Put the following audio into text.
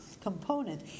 component